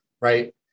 right